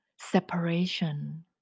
separation